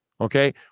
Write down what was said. Okay